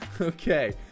Okay